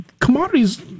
Commodities